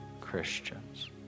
Christians